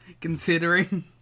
considering